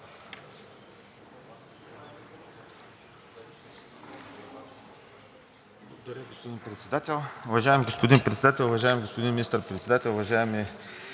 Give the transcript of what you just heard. Благодаря Ви, господин Председател. Уважаеми господин Председател, уважаеми господин Министър-председател, господин